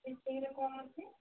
ଖିଚିଙ୍ଗରେ କ'ଣ ଅଛି